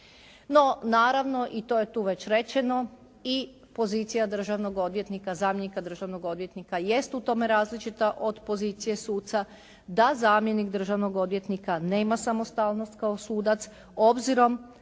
No, naravno i to je već tu rečeno, i pozicija državnog odvjetnika, zamjenika državnog odvjetnika jest u tome različita od pozicije suca, da zamjenik državnog odvjetnika nema samostalnost kao sudac obzirom